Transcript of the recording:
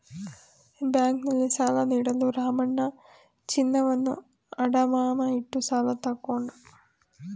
ಬ್ಯಾಂಕ್ನಲ್ಲಿ ಸಾಲ ನೀಡಲು ರಾಮಣ್ಣ ಚಿನ್ನವನ್ನು ಅಡಮಾನ ಇಟ್ಟು ಸಾಲ ತಗೊಂಡ